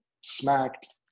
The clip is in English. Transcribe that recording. smacked